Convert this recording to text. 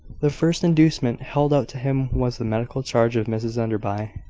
the first inducement held out to him was the medical charge of mrs enderby,